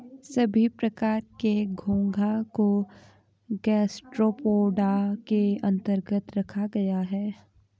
सभी प्रकार के घोंघा को गैस्ट्रोपोडा के अन्तर्गत रखा गया है